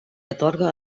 atorga